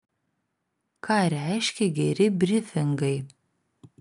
ką reiškia geri brifingai